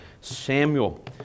Samuel